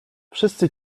wszyscy